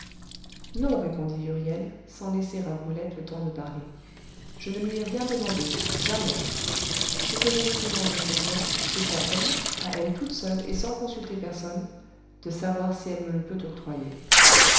non répondit huriel sans laisser à brulette le temps de parler je ne lui ai rien demandé jamais ce que je lui demande à cette heure c'est à elle à elle toute seule et sans consulter personne de savoir si elle me le peut octroyer